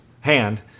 hand